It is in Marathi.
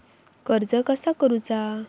कर्ज कसा करूचा?